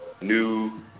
new